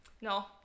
No